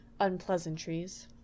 unpleasantries